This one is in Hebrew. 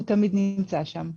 הוא תמיד נמצא שם.